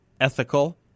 ethical